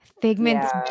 Figment's